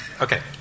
Okay